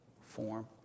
form